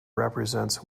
represents